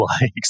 likes